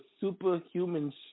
superhuman